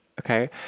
okay